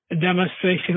demonstration